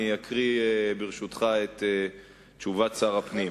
ברשותך, אקריא את תשובת שר הפנים: